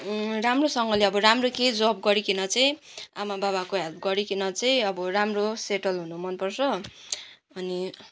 राम्रोसँगले अब राम्रो केही जब गरिकन चाहिँ आमा बाबाको हेल्प गरिकन चाहिँ अब राम्रो सेटल हुनु मनपर्छ अनि